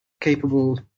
capable